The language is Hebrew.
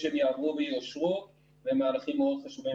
חוץ מהקשר הקבוע של המוקדים שפתחנו מהרגע הראשון,